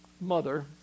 mother